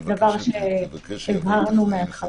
זה דבר שהבהרנו מההתחלה.